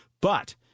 But-